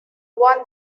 one